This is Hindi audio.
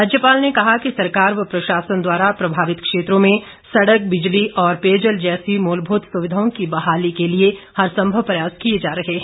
राज्यपाल ने कहा कि सरकार व प्रशासन द्वारा प्रभावित क्षेत्रों में सड़क बिजली और पेयजल जैसी मूलभूत सुविधाओं की बहाली के लिए हर संभव प्रयास किए जा रहे हैं